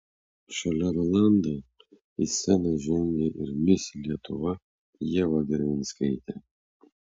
šalia rolando į sceną žengė ir mis lietuva ieva gervinskaitė